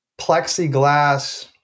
plexiglass